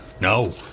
No